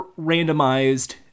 randomized